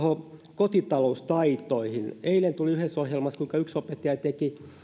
kotitaloustaidoista eilen tuli yhdessä ohjelmassa kuinka yksi opettaja teki